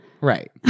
Right